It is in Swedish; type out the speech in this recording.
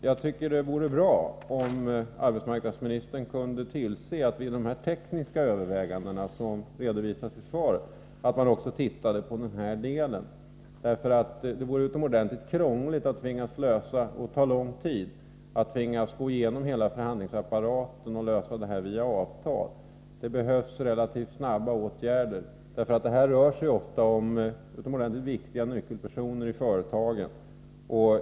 Jag tycker att det vore bra om arbetsmarknadsministern kunde se till att man vid de tekniska överväganden som redovisas i svaret också tittade på den här delen. Det vore utomordentligt krångligt och skulle ta lång tid om man tvingades gå igenom hela förhandlingsapparaten och lösa detta via avtal. Det behövs relativt snabba åtgärder. Här rör det sig ofta om utomordentligt viktiga nyckelpersoner i företagen.